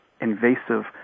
invasive